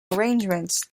arrangements